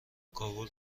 کابل